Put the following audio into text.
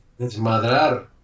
desmadrar